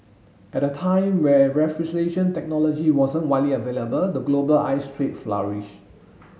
at a time when refrigeration technology wasn't widely available the global ice trade flourish